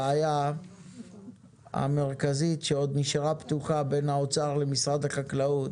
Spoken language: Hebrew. הבעיה המרכזית שעוד נשארה פתוחה בין האוצר למשרד החקלאות.